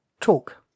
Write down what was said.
talk